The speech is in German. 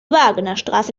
wagnerstraße